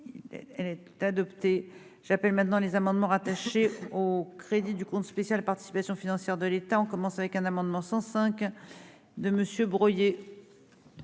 Elle est adoptée, j'appelle maintenant les amendements rattaché au crédit du compte spécial participations financières de l'État, on commence avec un amendement 105 de monsieur